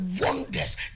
wonders